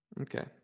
Okay